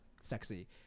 sexy